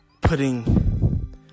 putting